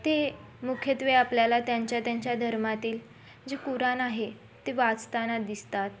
ते मुख्यत्वे आपल्याला त्यांच्या त्यांच्या धर्मातील जे कुराण आहे ते वाचताना दिसतात